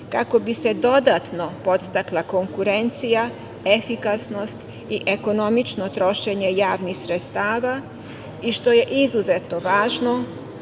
kako bi se dodatno podstakla konkurencija, efikasnost i ekonomično trošenje javnih sredstava i što je izuzetno važno,